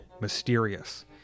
Mysterious